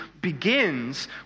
begins